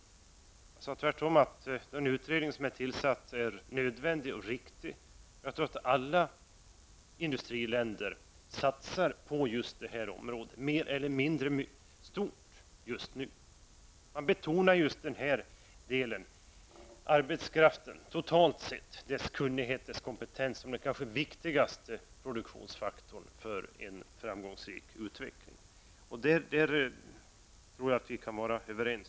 Jag sade tvärtom att den utredning som är tillsatt är nödvändig och riktig. Jag tror att alla industriländer satsar mer eller mindre på just detta område. Man betonar arbetskraften totalt sett och dess kunnighet och kompetens som den kanske viktigaste produktionsfaktorn för en framgångsrik utveckling. Detta tror jag att vi kan vara överens om.